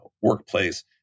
workplace